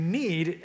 need